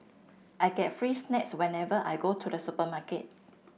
I get free snacks whenever I go to the supermarket